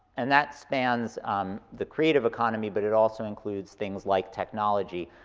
and that spans the creative economy, but it also includes things like technology,